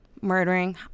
murdering